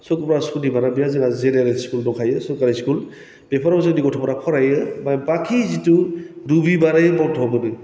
सुख्रबार सुनिबारा बेहा जोंहा जेनेरेल स्कुल दंखायो सरकारि स्कुल बेफ्राव जोंनि गथ'फ्रा फारायो बा बाकि जिथु रुबिबारै बन्द हरो